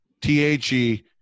T-H-E